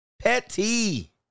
petty